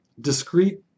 discrete